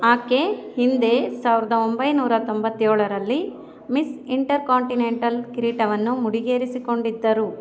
ಆಕೆ ಹಿಂದೆ ಸಾವಿರದ ಒಂಬೈನೂರ ತೊಂಬತ್ತೇಳರಲ್ಲಿ ಮಿಸ್ ಇಂಟರ್ಕಾಂಟಿನೆಂಟಲ್ ಕಿರೀಟವನ್ನು ಮುಡಿಗೇರಿಸಿಕೊಂಡಿದ್ದರು